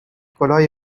کلاه